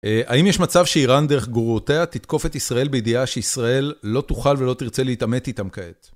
האם יש מצב שאיראן דרך גרורותיה תתקוף את ישראל בידיעה שישראל לא תוכל ולא תרצה להתעמת איתם כעת?